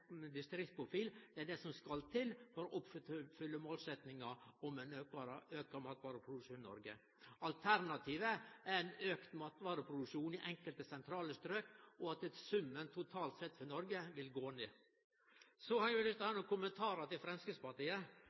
distriktsprofil. Alternativet er ein auka matvareproduksjon i enkelte sentrale strøk og at summen totalt sett for Noreg vil gå ned. Så har eg nokre kommentarar til Framstegspartiet: